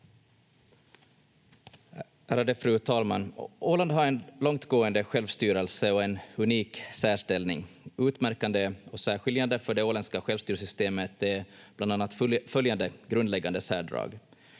Ärade fru talman! Åland har en långtgående självstyrelse och en unik särställning. Utmärkande och särskiljande för det åländska självstyrelsesystemet är bland annat följande grundläggande särdrag: